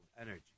energy